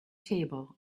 table